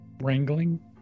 wrangling